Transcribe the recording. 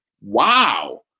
wow